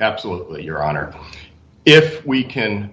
absolutely your honor if we can